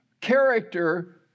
character